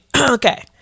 okay